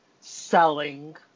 Selling